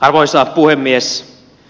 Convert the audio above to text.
arvoisa puhemies